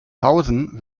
pausen